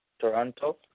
Toronto